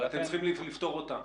אתם צריכים לפתור אותה.